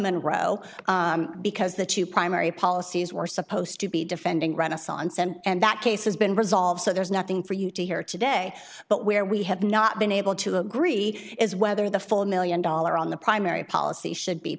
monroe because the two primary policies were supposed to be defending renaissance and that case has been resolved so there's nothing for you to hear today but where we have not been able to agree is whether the full million dollar on the primary policy should be